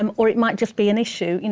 um or it might just be an issue, you know,